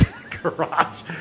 garage